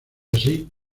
así